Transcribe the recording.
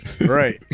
right